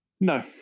no